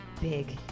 Big